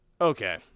okay